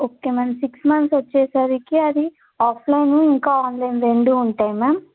okay ma'am six months వచ్చేసరికి అది offline ఇంకా ఆన్లైను రెండూ ఉంటాయి మ్యామ్